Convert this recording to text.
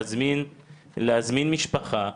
להזמין משפחה,